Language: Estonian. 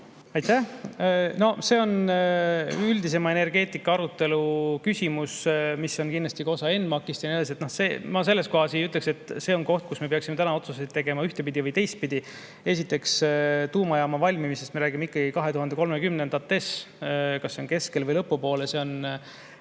Aitäh! See on üldisema energeetikaarutelu küsimus, mis on kindlasti ka osa ENMAK‑ist ja nii edasi. Noh, ma ei ütleks, et see on koht, kus me peaksime täna otsuseid tegema ühtpidi või teistpidi. Esiteks, tuumajaama valmimine – me räägime ikkagi 2030-ndatest, kas seal keskel või lõpupoole, see on